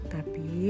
Tapi